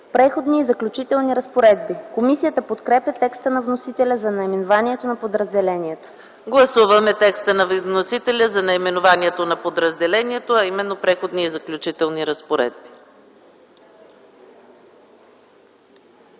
„Преходни и заключителни разпоредби”. Комисията подкрепя текста на вносителя за наименованието на подразделението. ПРЕДСЕДАТЕЛ ЕКАТЕРИНА МИХАЙЛОВА: Гласуваме текста на вносителя за наименованието на подразделението, а именно „Преходни и заключителни разпоредби”.